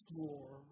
more